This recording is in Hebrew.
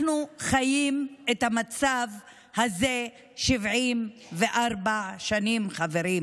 אנחנו חיים את המצב הזה 74 שנים, חברים.